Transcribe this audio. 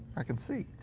i can see